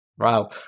Wow